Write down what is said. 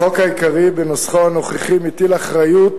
החוק העיקרי בנוסחו הנוכחי מטיל אחריות